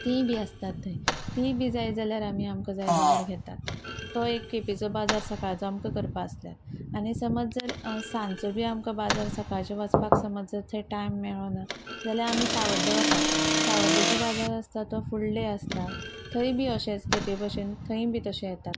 ती बी आसतात थंय ती बी जाय जाल्यार आमी आमकां जाय जाल्यार घेतात तो एक केपेंचो बाजार सकाळचो आमकां करपा आसल्यार आनी समज जर सांचो बी आमकां बाजार सकाळचे वचपाक समज जर थंय टायम मेळुना जाल्यार आमी सावड्डे वतात सावड्डेचो बाजार आसता तो फुल डे आसता थंय बी अशेच केपें भशेन थंय बी तशे येतात